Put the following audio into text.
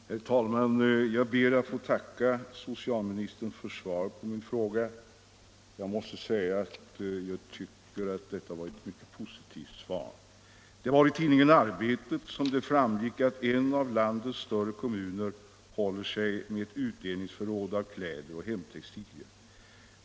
Herr talman! Jag ber att få tacka socialministern för svaret på min enkla fråga. Jag måste säga att svaret var mycket positivt. Det var i tidningen Arbetet som det redovisades att en av landets större kommuner håller sig med ett utdelningsförråd av kläder och hemtextilier.